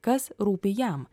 kas rūpi jam